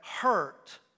hurt